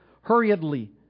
hurriedly